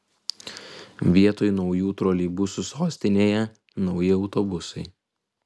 vietoj naujų troleibusų sostinėje nauji autobusai